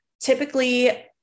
typically